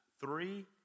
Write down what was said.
three